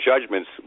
judgments